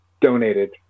donated